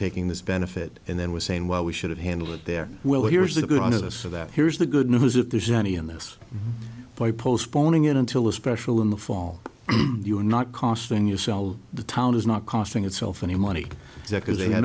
taking this benefit and then we're saying well we should have handled it there well here's the goodness of that here's the good news if there's any in this by postponing it until a special in the fall you're not costing yourself the town is not costing itself any money because they had